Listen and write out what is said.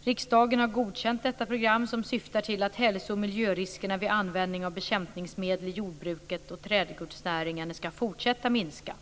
Riksdagen har godkänt detta program som syftar till att hälsooch miljöriskerna vid användningen av bekämpningsmedel i jordbruket och trädgårdsnäringen skall fortsätta att minska.